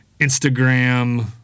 Instagram